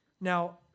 Now